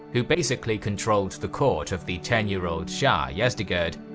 who basically controlled the court of the ten year old shah yezdegerd,